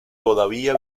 todavía